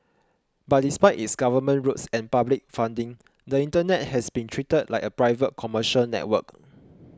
but despite its government roots and public funding the Internet has been treated like a private commercial network